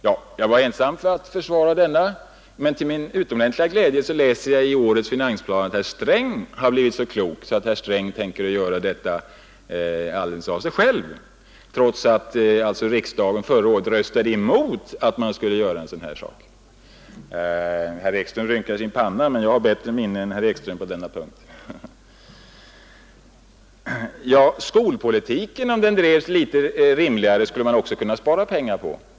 Jag var då ensam om att försvara denna uppfattning, men till min utomordentliga glädje läser jag i årets finansplan att herr Sträng har blivit så klok att han nu tänker göra detta alldeles av sig själv, trots att riksdagen alltså förra året röstade emot att man skulle förfara så. — Herr Ekström rynkar pannan, men jag har bättre minne än herr Ekström på denna punkt. Också på skolpolitiken skulle man kunna spara pengar, om den drevs på ett rimligare sätt.